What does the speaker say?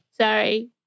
Sorry